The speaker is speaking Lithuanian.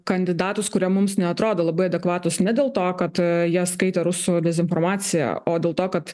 kandidatus kurie mums neatrodo labai adekvatūs ne dėl to kad jie skaito rusų dezinformaciją o dėl to kad